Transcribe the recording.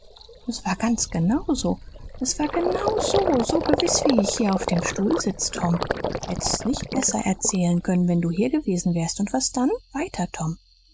s war ganz genau so s war genau so so gewiß wie ich hier aus dem stuhl sitz tom hättst es nicht besser erzählen können wenn du hier gewesen wärst und was dann weiter tom